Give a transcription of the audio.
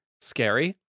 scary